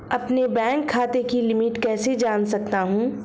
अपने बैंक खाते की लिमिट कैसे जान सकता हूं?